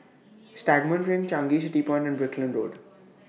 Stagmont Ring Changi City Point and Brickland Road